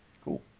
cool